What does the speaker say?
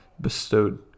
bestowed